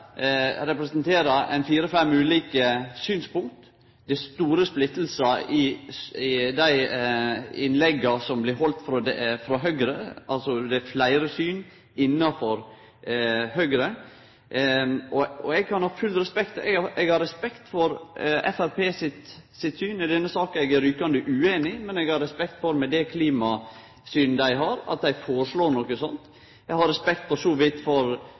representerer fire-fem ulike synspunkt. Det er store sprik i dei innlegga som blir haldne frå Høgre, altså er det fleire syn innanfor Høgre. Eg har respekt for Framstegspartiets syn i denne saka. Eg er rykande ueinig, men eg har respekt for at dei – med det klimasynet dei har – foreslår noko slikt. Eg har for så vidt respekt for Røbekk Nørve, som deler det same synspunktet, i alle fall framstår det slik når ho held innlegg her. Eg har for så vidt respekt for